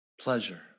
Pleasure